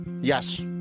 Yes